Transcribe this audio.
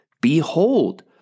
behold